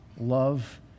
love